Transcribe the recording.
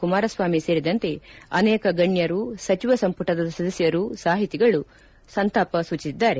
ಕುಮಾರಸ್ವಾಮಿ ಸೇರಿದಂತೆ ಅನೇಕ ಗಣ್ಣರು ಸಚಿವ ಸಂಪುಟದ ಸದಸ್ಕರು ಸಾಹಿತಿಗಳು ಸಂತಾಪ ಸೂಚಿಸಿದ್ದಾರೆ